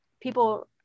people